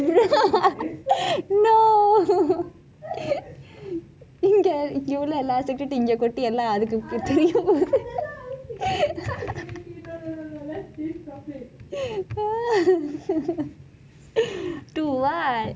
no இங்கே இங்கே உள்ள எல்லாரும் சுட்டிட்டு இங்கே கொட்டி எல்லாம் அதற்கு:inkei inkei ulla ellarum suttitu inkei kotti ellam atharku ~ okay okay okay no no no let's change topic to what